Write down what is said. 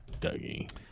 dougie